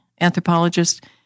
anthropologist